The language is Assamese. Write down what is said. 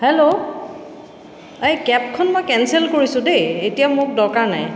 হেল্ল' এই কেবখন মই কেনচেল কৰিছোঁ দেই এতিয়া মোক দৰকাৰ নাই